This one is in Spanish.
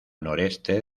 noreste